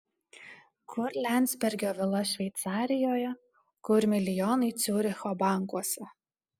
kur liandsbergio vila šveicarijoje kur milijonai ciuricho bankuose